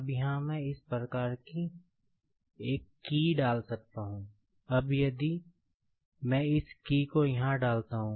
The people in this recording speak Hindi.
अब यहाँ मैं इस प्रकार की एक की है